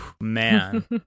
man